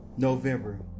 November